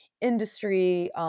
industry